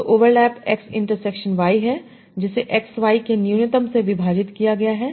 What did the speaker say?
तो overlap X intersection Y है जिसे X Y के न्यूनतम से विभाजित किया गया है